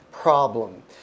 Problem